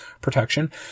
protection